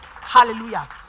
Hallelujah